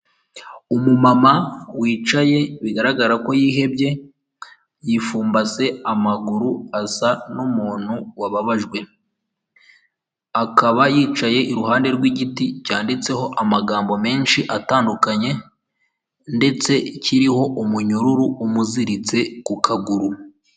Umumama wicaye, bigaragara ko yihebye, yifumbaze amaguru asa n'umuntu wababajwe, akaba yicaye iruhande rw'igiti cyanditseho amagambo menshi atandukanye ndetse kiriho umunyururu umuziritse ku kaguru.